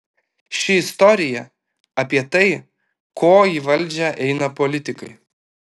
ši istorija apie tai ko į valdžią eina politikai